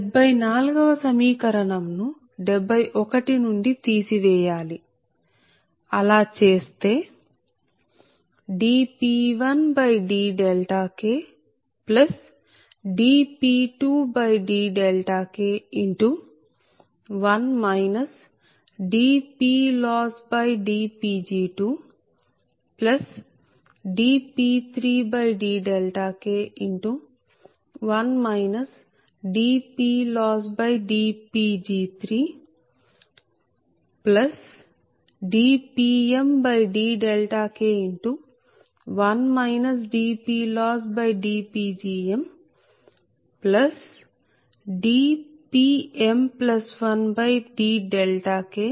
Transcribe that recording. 74 వ సమీకరణం ను 71 నుండి తీసివేయాలి అలా చేస్తే dP1dKdP2dK1 dPLossdPg2dP3dK1 dPLossdPg3dPmdK1 dPLossdPgmdPm1dKdPm2dKdPndK0k 23